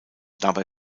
dabei